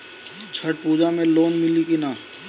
छठ पूजा मे लोन मिली की ना?